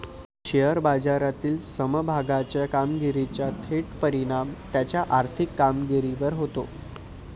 share बाजारातील समभागाच्या कामगिरीचा थेट परिणाम त्याच्या आर्थिक कामगिरीवर होतो